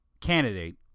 Candidate